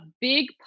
big